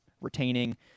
retaining